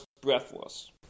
Breathless